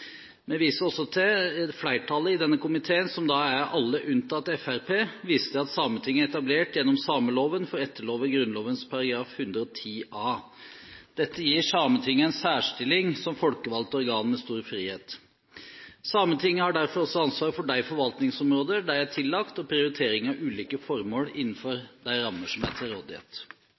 Flertallet i denne komiteen, alle unntatt Fremskrittspartiet, viser også til at Sametinget er etablert gjennom sameloven for å etterleve Grunnloven § 110 a. Dette gir Sametinget en særstilling som folkevalgt organ med stor frihet. Sametinget har derfor også ansvar for de forvaltningsområder de er tillagt, og prioritering av ulike formål innenfor de rammer som er til rådighet.